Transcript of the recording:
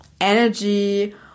energy